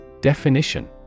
Definition